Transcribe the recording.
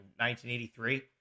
1983